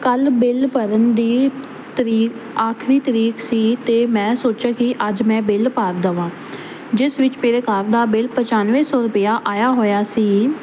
ਕੱਲ ਬਿੱਲ ਭਰਨ ਦੀ ਤਰੀਕ ਆਖਰੀ ਤਰੀਕ ਸੀ ਅਤੇ ਮੈਂ ਸੋਚਿਆ ਕਿ ਅੱਜ ਮੈਂ ਬਿੱਲ ਭਰ ਦੇਵਾਂ ਜਿਸ ਵਿੱਚ ਮੇਰੇ ਘਰ ਦਾ ਬਿੱਲ ਪਚਾਨਵੇਂ ਸੌ ਰੁਪਇਆ ਆਇਆ ਹੋਇਆ ਸੀ